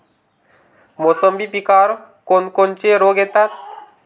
मोसंबी पिकावर कोन कोनचे रोग येतात?